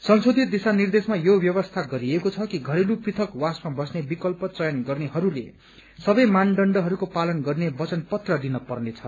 संशोधित दिशा निर्देशमा यो व्यवस्था गरिएको छ कि घरेलू पृथकवासमा बस्ने विकल्प चयन गर्नेहस्ले सबै मानदण्डहस्को पालन गर्ने वचन पत्र दिन पर्नेछ